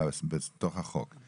בתוך החוק.